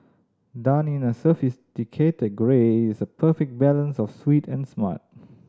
done in a sophisticated grey it is a perfect balance of sweet and smart